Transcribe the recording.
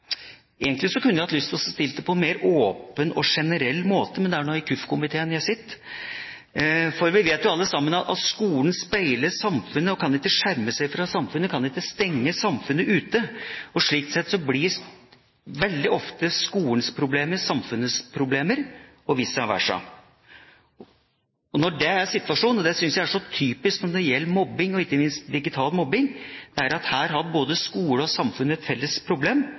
og forskningskomiteen jeg sitter. Vi vet jo alle sammen at skolen speiler samfunnet og kan ikke skjerme seg fra det, den kan ikke stenge samfunnet ute. Slik sett blir veldig ofte skolens problemer samfunnets problemer og vice versa. Når det er situasjonen, og det synes jeg er så typisk når det gjelder mobbing, og ikke minst digital mobbing, har både skole og samfunn et felles problem.